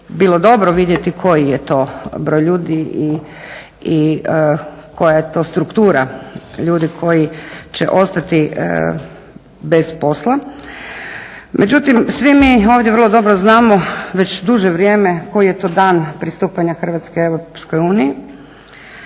bilo dobro vidjeti koji je to broj ljudi i koja je to struktura ljudi koji će ostati bez posla. Međutim svi mi ovdje vrlo dobro znamo već duže vrijeme koji je to dan pristupanja Hrvatske EU